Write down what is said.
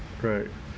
correct